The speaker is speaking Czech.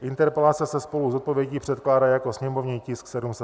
Interpelace se spolu s odpovědí předkládá jako sněmovní tisk 707.